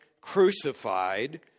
crucified